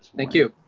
thank you.